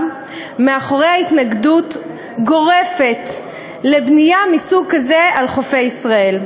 מאחורי התנגדות גורפת לבנייה מסוג כזה על חופי ישראל.